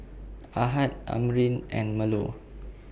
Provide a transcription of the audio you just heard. Ahad Amrin and Melur